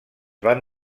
van